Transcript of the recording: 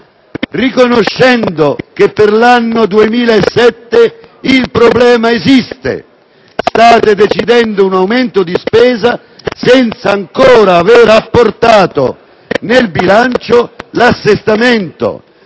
riconoscendo che per l'anno 2007 il problema esiste. State decidendo un aumento di spesa senza aver ancora apportato l'assestamento